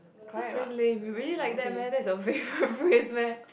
that's very lame you really like that meh that's a favourite phrase meh